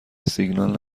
سیگنال